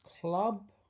Club